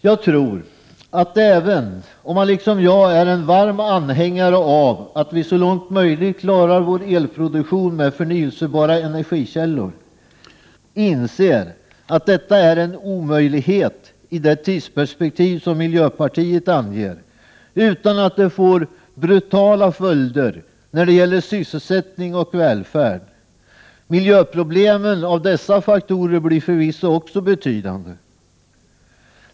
Jag tror att även om man liksom jag är en varm anhängare av att vi så långt möjligt skall klara vår elproduktion med förnyelsebara energikällor, inser man att detta är en omöjlighet i det tidsperspektiv som miljöpartiet anger, utan att det får vitala följder när det gäller sysselsättning och välfärd. Miljöproblemen blir förvisso också betydande som en följd av dessa faktorer.